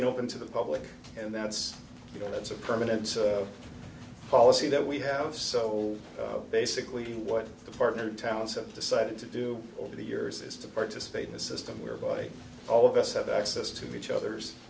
and open to the public and that's you know that's a permanent so policy that we have so basically what the partner towns have decided to do over the years is to participate in a system whereby all of us have access to each other's